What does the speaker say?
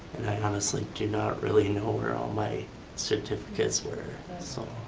honestly do not really know where all my certificates were. so,